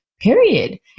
period